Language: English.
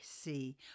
see